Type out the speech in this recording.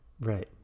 Right